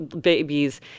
babies